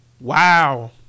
Wow